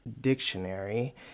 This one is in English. dictionary